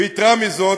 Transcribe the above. ויתרה מזאת,